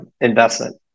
investment